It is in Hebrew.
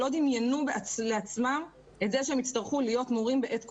לא דמיינו לעצמם את זה שהם יצטרכו להיות מורים בעת קורונה,